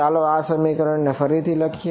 તેથી ચાલો આ સમીકરણ ને ફરીથી લખીએ